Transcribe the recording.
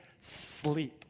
sleep